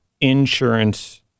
insurance